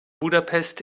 budapest